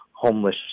homeless